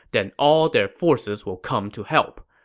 then all their forces will come to help.